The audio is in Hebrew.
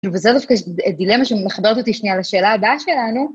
וזה דווקא דילמה שמחברת אותי שנייה לשאלה הבאה שלנו.